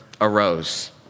arose